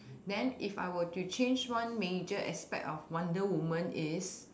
then if I were to change one major aspect of wonder woman is